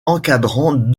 encadrant